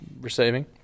receiving